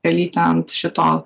pelytę ant šito